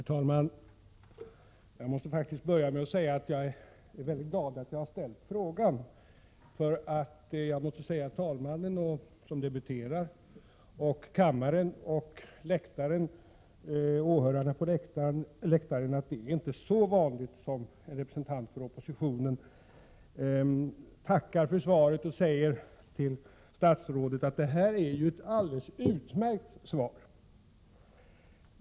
Herr talman! Jag måste faktiskt börja med att säga att jag är mycket glad över att jag har ställt frågan. Jag måste nämligen säga till talmannen — som debuterar —, kammaren och åhörarna på läktaren att det inte är så vanligt att en representant för oppositionen tackar för svaret och säger till statsrådet: Detta är ju ett alldeles utmärkt svar!